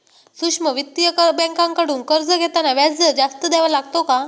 सूक्ष्म वित्तीय बँकांकडून कर्ज घेताना व्याजदर जास्त द्यावा लागतो का?